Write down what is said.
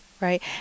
Right